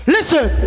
Listen